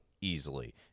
easily